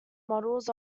models